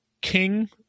king